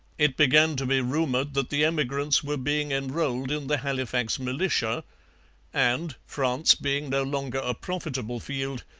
it began to be rumoured that the emigrants were being enrolled in the halifax militia and, france being no longer a profitable field,